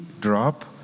drop